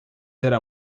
era